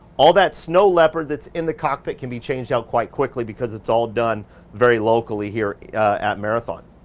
all that snow leopard that's in the cockpit can be changed out quite quickly because it's all done very locally here at marathon.